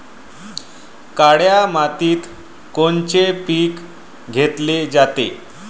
काळ्या मातीत कोनचे पिकं घेतले जाते?